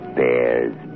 bears